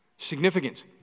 Significance